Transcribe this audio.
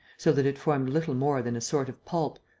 so that it formed little more than a sort of pulp,